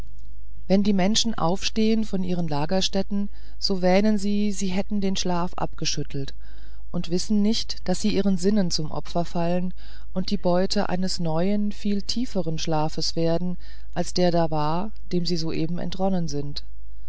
wenn die menschen aufstehen von ihren lagerstätten so wähnen sie sie hätten den schlaf abgeschüttelt und wissen nicht daß sie ihren sinnen zum opfer fallen und die beute eines neuen viel tieferen schlafes werden als der war dem sie soeben entronnen sind